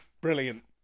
Brilliant